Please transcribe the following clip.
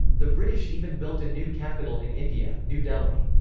the british even built a new capital in india, new delhi.